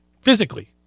physically